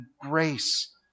grace